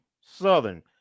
Southern